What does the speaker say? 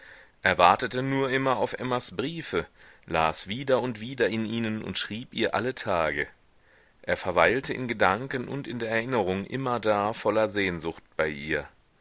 wartete nur immer auf emmas briefe las wieder und wieder in ihnen und schrieb ihr alle tage er verweilte in gedanken und in der erinnerung immerdar voller sehnsucht bei ihr